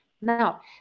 Now